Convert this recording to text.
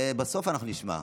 את זה בסוף אנחנו נשמע.